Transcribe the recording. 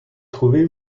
trouvé